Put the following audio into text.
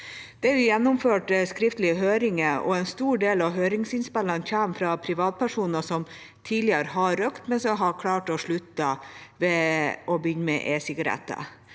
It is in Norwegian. Det er gjennomført skriftlig høring, og en stor del av høringsinnspillene kommer fra privatpersoner som tidligere har røykt, men som har klart å slutte ved å begynne med e-sigaretter.